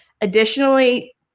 Additionally